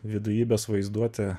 vidujybės vaizduotė